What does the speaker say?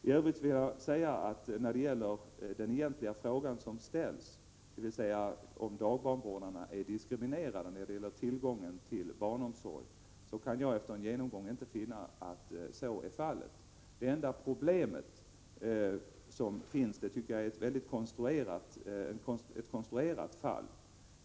I övrigt vill jag säga: När det gäller den egentliga fråga som ställts — om dagbarnvårdare är diskriminerade när det gäller tillgång till barnomsorg — kan jag säga att jag efter en genomgång inte kan finna att så är fallet. Det enda problem som finns tycker jag gäller ett konstruerat fall.